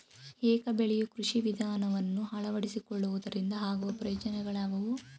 ಏಕ ಬೆಳೆಯ ಕೃಷಿ ವಿಧಾನವನ್ನು ಅಳವಡಿಸಿಕೊಳ್ಳುವುದರಿಂದ ಆಗುವ ಪ್ರಯೋಜನಗಳು ಯಾವುವು?